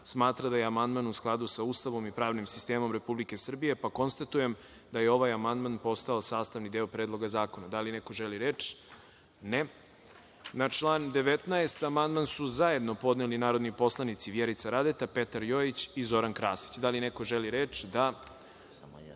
smatra da je amandman u skladu sa Ustavom i pravnim sistemom Republike Srbije. Konstatujem da je ovaj amandman postao sastavni deo Predloga zakona. Da li neko želi reč? (Ne.)Na član 19. amandman su zajedno podneli narodni poslanici Vjerica Radeta, Petar Jojić i Zoran Krasić. Da li neko želi reč? (Da.)